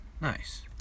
Nice